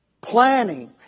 planning